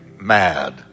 mad